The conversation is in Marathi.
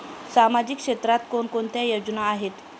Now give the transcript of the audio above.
सामाजिक क्षेत्रात कोणकोणत्या योजना आहेत?